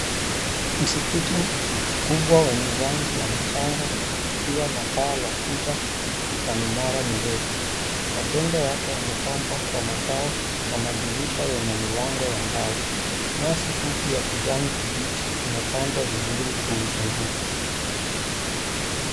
Msikiti mkubwa wenye rangi ya mchanga ukiwa na paa la uba na minara mirefu. Majengo yake yamepambwa kwa matao na madirisha yenye milango ya mbao. Nyasi fupi ya kijani kibichi imepandwa vizuri kuuzunguka.